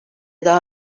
daha